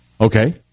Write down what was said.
Okay